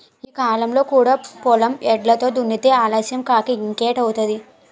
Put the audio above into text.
ఈ కాలంలో కూడా పొలం ఎడ్లతో దున్నితే ఆలస్యం కాక ఇంకేటౌద్ది?